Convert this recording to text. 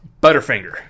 Butterfinger